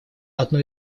одно